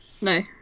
No